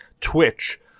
Twitch